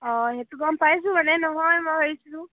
অঁ সেইটো গম পাইছোঁ মানে নহয় মই ভাবিছিলোঁ